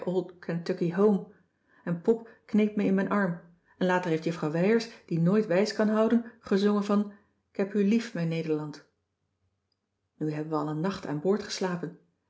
home en pop kneep me in mijn arm en later heeft juffrouw wijers die nooit wijs kan houden gezongen van k heb u lief mijn nederland nu hebben we al een nacht aan boord geslapen